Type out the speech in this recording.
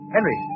Henry